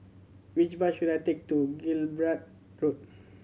which bus should I take to Gibraltar Road